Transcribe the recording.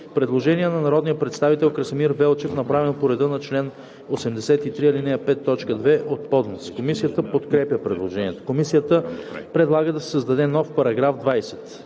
Предложение на народния представител Красимир Велчев, направено по реда на чл. 83, ал. 5, т. 2 от ПОДНС. Комисията подкрепя предложението. Комисията предлага да се създаде нов § 20: „§ 20.